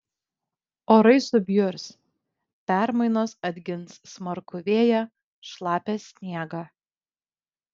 orai subjurs permainos atgins smarkų vėją šlapią sniegą